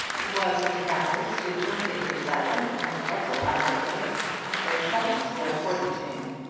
it was his practice to jump into the saddle and bustle out of the place, as though seconds were important to him.